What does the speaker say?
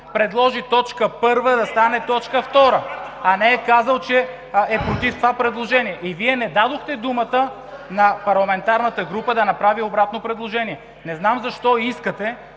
предложи точка 1 да стане точка 2, а не е казал, че е против това предложение и Вие не дадохте думата на парламентарната група да направи обратно предложение. Не знам защо искате